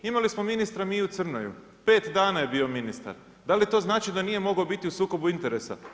Imali smo ministra Miju Crnoju pet dana je bio ministar, da li to znači da nije mogao biti u sukobu interesa?